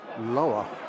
Lower